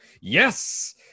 yes